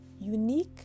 unique